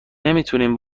نمیتونیم